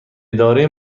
اداره